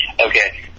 okay